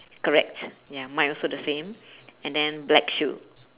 correct ya mine also the same and then black shoe